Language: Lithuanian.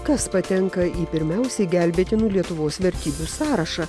kas patenka į pirmiausiai gelbėtinų lietuvos vertybių sąrašą